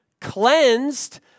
cleansed